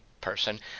person